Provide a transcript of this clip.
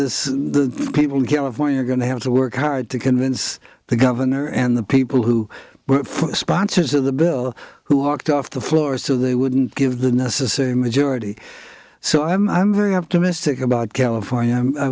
this the people in california are going to have to work hard to convince the governor and the people who work for us dancers of the bill who walked off the floor so they wouldn't give the necessary majority so i'm i'm very optimistic about california i